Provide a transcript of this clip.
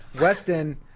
Weston